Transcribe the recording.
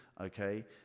okay